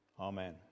Amen